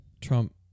Trump